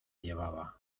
llevaba